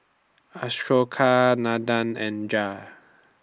Ashoka Nandan and Raj